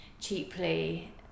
cheaply